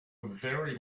very